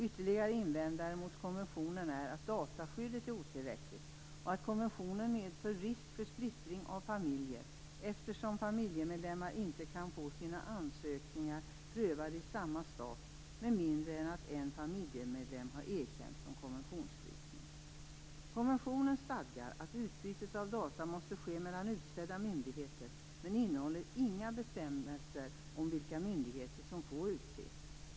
Ytterligare invändningar mot konventionen är att dataskyddet är otillräckligt och att konventionen medför risk för splittring av familjer, eftersom familjemedlemmar inte kan få sina ansökningar prövade i samma stat med mindre än att en familjemedlem har erkänts som konventionsflykting. Konventionen stadgar att utbytet av data måste ske mellan utsedda myndigheter, men innehåller inga bestämmelser om vilka myndigheter som får utses.